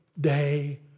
day